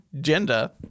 gender